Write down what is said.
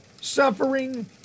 suffering